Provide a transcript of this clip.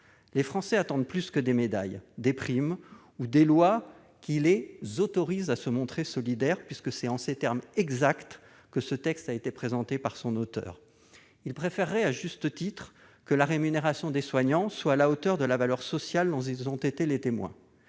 Les Français attendent plus que des médailles, des primes ou des lois les « autorisant à se montrer solidaires », puisque c'est en ces termes exacts que ce texte a été présenté par son auteur. Ils préféreraient, à juste titre, que la rémunération des soignants soit à la hauteur de la valeur sociale dont ils ont été les témoins.